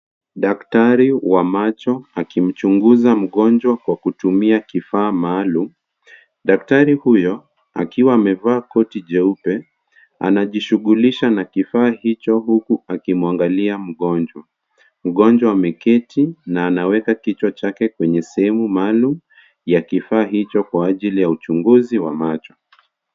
Daktari wa macho akimchunguza mgonjwa kwa kutumia kifaa maalum. Daktari huyo akiwa amevaa koti jeupe anajishughulisha na kifaa hicho huku akimwangalia mgonjwa. Mgonjwa ameketi na anaweka kichwa chake kwenye sehemu maalum ya kifaa hicho kwa ajili ya uchunguzi wa macho.